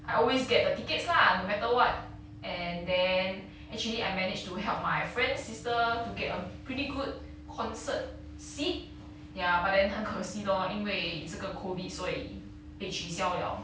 I always get the tickets lah no matter what and then actually I managed to help my friend's sister to get a pretty good concert seat ya but then 很可惜 lor 因为这个 COVID 所以被取消了